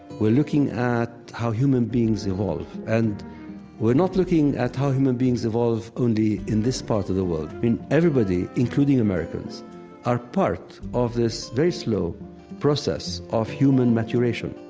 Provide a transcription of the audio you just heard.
we're looking at how human beings evolve. and we're not looking at how human beings evolve only in this part of the world. i mean, everybody including americans are part of this very slow process of human maturation.